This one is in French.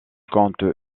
compte